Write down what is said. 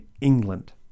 England